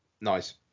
nice